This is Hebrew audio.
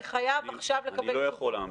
אני חייב עכשיו לקבל --- אני לא יכול להמתין.